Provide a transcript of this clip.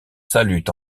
saluent